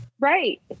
right